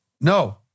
No